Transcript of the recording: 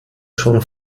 schon